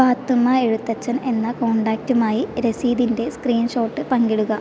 പാത്തുമ്മ എഴുത്തച്ഛൻ എന്ന കോൺടാക്റ്റുമായി രസീതിൻ്റെ സ്ക്രീൻഷോട്ട് പങ്കിടുക